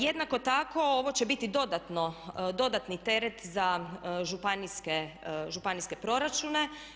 Jednako tako ovo će biti dodatni teret za županijske proračune.